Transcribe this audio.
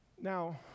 now